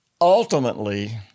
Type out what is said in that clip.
ultimately